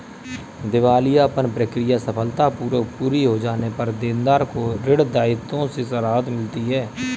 दिवालियापन प्रक्रिया सफलतापूर्वक पूरी हो जाने पर देनदार को ऋण दायित्वों से राहत मिलती है